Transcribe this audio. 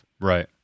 Right